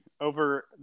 over